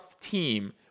team